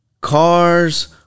cars